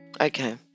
Okay